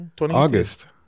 August